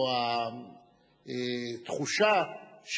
או התחושה,